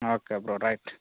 okay bro right